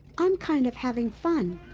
i'm kind of having fun.